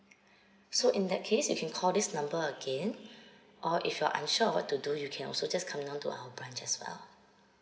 so in that case if you call this number again or if you're unsure of what to do you can also just come down to our branch as well